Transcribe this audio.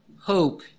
hope